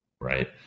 Right